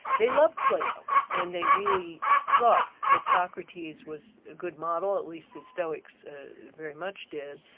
they love plato, and they really thought that socrates was a good model, at least the stoics very much did.